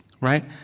right